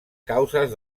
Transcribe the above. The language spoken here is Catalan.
causes